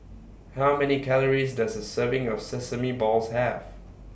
How Many Calories Does A Serving of Sesame Balls Have